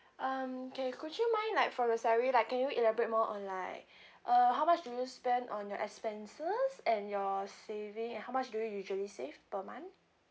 um K could you mind like for your salary like can you elaborate more on like uh how much do you spend on your expenses and your saving and how much do you usually save per month